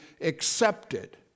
accepted